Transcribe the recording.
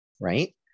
right